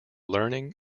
learning